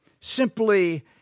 simply